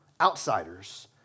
outsiders